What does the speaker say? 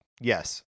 yes